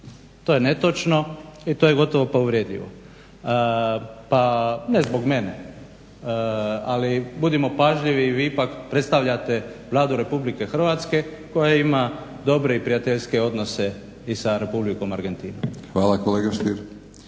To je netočno i to je gotovo pa uvredljivo. Pa ne zbog mene, ali budimo pažljivi i vi ipak predstavljate Vladu RH koja ima dobre i prijateljske odnose i sa Republikom Argentinom. **Batinić,